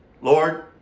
Lord